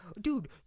dude